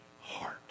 heart